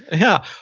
yeah.